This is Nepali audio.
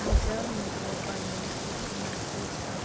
आज मेरो गर्ने सूचीमा के छ